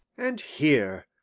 and here,